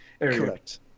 Correct